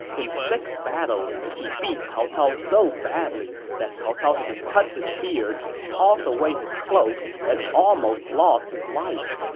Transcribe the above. in six battles, he beat cao cao so badly that cao cao had to cut his beard, toss away his cloak, and almost lost his life.